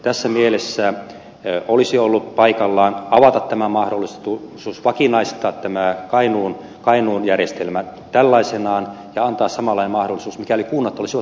tässä mielessä olisi ollut paikallaan avata tämä mahdollisuus vakinaistaa tämä kainuun järjestelmä tällaisenaan ja antaa samanlainen mahdollisuus mikäli kunnat olisivat halunneet